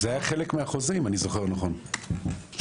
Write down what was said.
אם אני זוכר נכון,